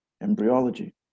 embryology